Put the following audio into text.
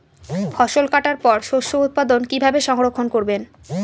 ফসল কাটার পর শস্য উৎপাদন কিভাবে সংরক্ষণ করবেন?